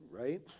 Right